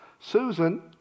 Susan